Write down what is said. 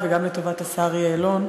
וגם לטובת השר יעלון,